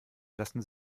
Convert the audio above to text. lassen